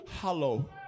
hollow